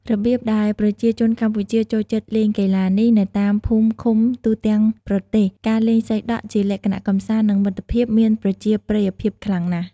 របៀបដែលប្រជាជនកម្ពុជាចូលចិត្តលេងកីឡានេះ នៅតាមភូមិ-ឃុំ ទូទាំងប្រទេស ការលេងសីដក់ជាលក្ខណៈកម្សាន្ត និងមិត្តភាពមានប្រជាប្រិយភាពខ្លាំងណាស់។